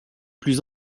plus